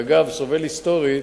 שאגב, סובל היסטורית